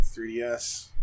3DS